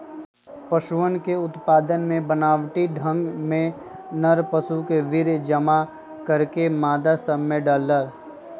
पशुअन के उत्पादन के बनावटी ढंग में नर पशु के वीर्य जमा करके मादा सब में डाल्ल